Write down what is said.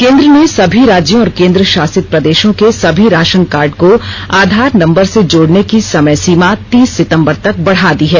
केंद्र ने सभी राज्यों और केंद्र शासित प्रदेशों के सभी राशनकार्ड को आधार नम्बर से जोडने की समय सीमा तीस सितम्बर तक बढा दी है